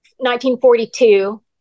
1942